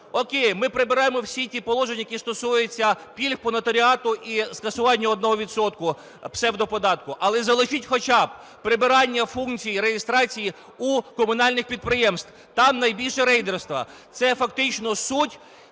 о'кей, ми прибираємо всі ті положення, які стосуються пільг по нотаріату і скасуванню 1 відсотку псевдоподатку. Але заложіть хоча б прибирання функції реєстрації у комунальних підприємств, там найбільше рейдерства. Це фактично суть,